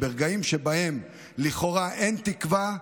ברגעים שבהם לכאורה אין תקווה,